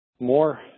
more